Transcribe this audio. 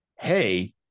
hey